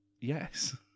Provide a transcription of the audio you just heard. Yes